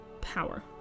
power